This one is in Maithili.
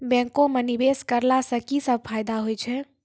बैंको माई निवेश कराला से की सब फ़ायदा हो छै?